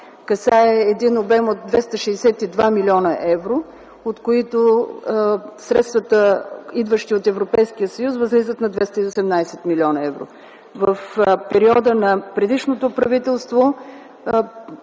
касае обем от 262 млн. евро, от които средствата, идващи от Европейския съюз, възлизат на 218 млн. евро. В периода на предишното правителство